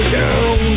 down